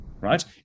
right